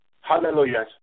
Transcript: Hallelujah